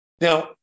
Now